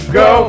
go